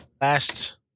Last